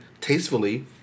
tastefully